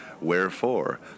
Wherefore